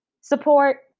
Support